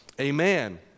amen